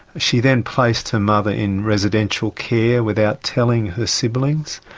she then placed her mother in residential care without telling her siblings.